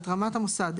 את רמת המוסד,